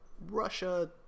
Russia